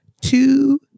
two